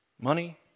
money